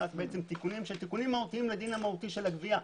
הוכנסו תיקונים שהם מהותיים לדין המהותי של הגבייה.